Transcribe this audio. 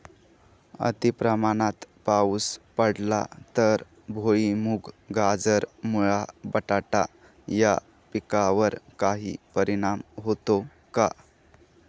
अतिप्रमाणात पाऊस पडला तर भुईमूग, गाजर, मुळा, बटाटा या पिकांवर काही परिणाम होतो का?